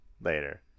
later